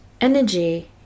energy